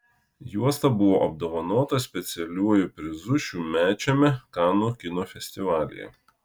juosta buvo apdovanota specialiuoju prizu šiųmečiame kanų kino festivalyje